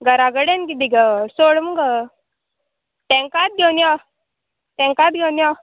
घरा कडेन किदें गो सोड मुगो तांकांच घेवन यो तांकांच घेवन यो